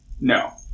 no